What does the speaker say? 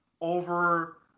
over –